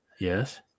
Yes